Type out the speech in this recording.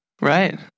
Right